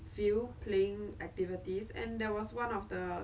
by the time I come back I tell you I I'm so skinny already